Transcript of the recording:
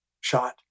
shot